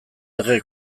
lege